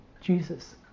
Jesus